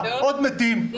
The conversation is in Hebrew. עוד מתים,